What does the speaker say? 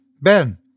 Ben